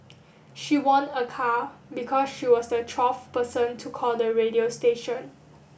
she won a car because she was the twelfth person to call the radio station